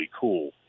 cool